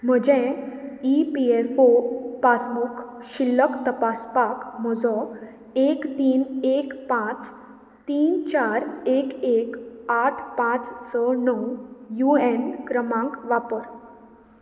म्हजें EPFO passbook शिल्लक तपासपाक म्हजो एक तीन एक पांच तीन चार एक एक आठ पांच स णव यूएन क्रमांक वापर